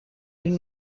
این